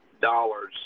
dollars